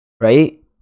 right